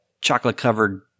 chocolate-covered